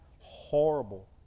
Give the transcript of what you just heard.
Horrible